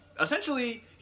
Essentially